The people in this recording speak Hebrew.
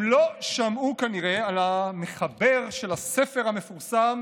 הם לא שמעו כנראה על המחבר של הספר המפורסם